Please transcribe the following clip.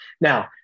Now